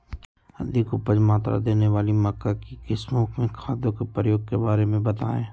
अधिक उपज मात्रा देने वाली मक्का की किस्मों में खादों के प्रयोग के बारे में बताएं?